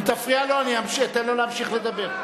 אם תפריע לו אני אתן לו להמשיך לדבר.